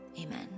Amen